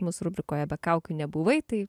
mus rubrikoje be kaukių nebuvai tai